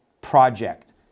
project